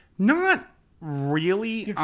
not really.